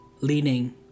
leaning